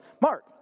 Mark